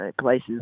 places